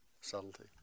subtlety